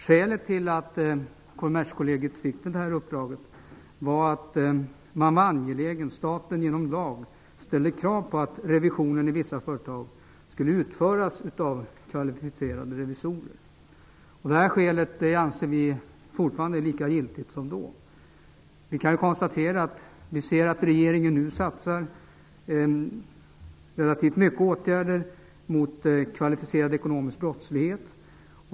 Skälet till att Kommerskollegium fick detta uppdrag var att man var angelägen om att staten genom lag ställde krav på att revisionen i vissa företag skulle utföras av kvalificerade revisorer. Vi anser att detta skäl fortfarande är lika giltigt som då. Vi kan konstatera att regeringen nu satsar på relativt omfattande åtgärder mot kvalificerad ekonomisk brottslighet.